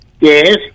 Yes